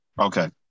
okay